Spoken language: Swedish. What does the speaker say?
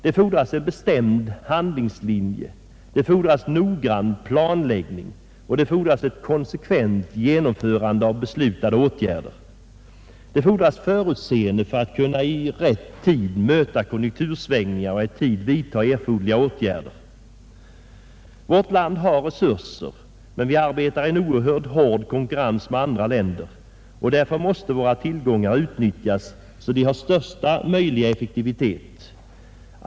Det fordras en bestämd handlingslinje. Det fordras noggrann planläggning, och det fordras ett konsekvent genomförande av beslutade åtgärder. Det fordras förutseende för att kunna i rätt tid möta konjunktursvängningar och i tid vidta erforderliga åtgärder. Vårt land har resurser, men vi arbetar i en oerhört hård konkurrens med andra länder, och därför måste våra tillgångar utnyttjas så att de ger största möjliga effektivitet.